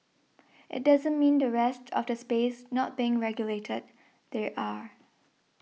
it doesn't mean the rest of the space not being regulated they are